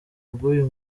bw’uyu